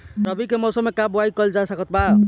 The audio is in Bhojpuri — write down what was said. रवि के मौसम में का बोआई कईल जा सकत बा?